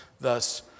thus